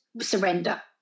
surrender